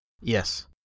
Yes